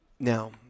Now